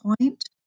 point